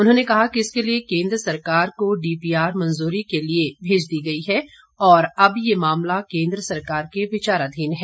उन्होंने कहा कि इसके लिए केंद्र सरकार को डीपीआर मंजूरी के लिए भेज दी गई है और अब यह मामला केंद्र सरकार के विचाराधीन है